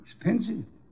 Expensive